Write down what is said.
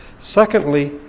Secondly